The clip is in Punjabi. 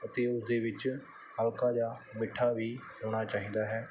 ਅਤੇ ਉਸ ਦੇ ਵਿੱਚ ਹਲਕਾ ਜਿਹਾ ਮਿੱਠਾ ਵੀ ਹੋਣਾ ਚਾਹੀਦਾ ਹੈ